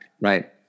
Right